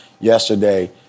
yesterday